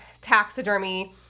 taxidermy